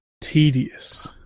tedious